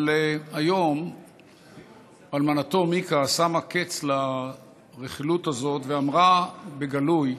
אבל היום אלמנתו מיקה שמה קץ לרכילות הזאת ואמרה בגלוי,